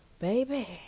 Baby